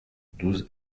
douze